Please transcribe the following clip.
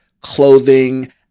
clothing